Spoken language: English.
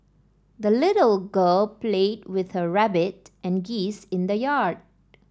the little girl played with her rabbit and geese in the yard